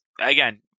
again